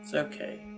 so ok.